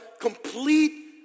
complete